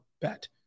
bet